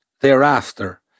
thereafter